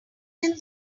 until